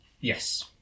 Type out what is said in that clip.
Yes